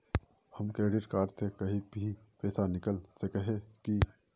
हम credit card से कहीं भी पैसा निकल सके हिये की?